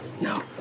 No